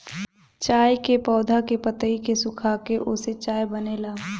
चाय के पौधा के पतइ के सुखाके ओसे चाय बनेला